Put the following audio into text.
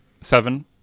Seven